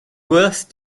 worth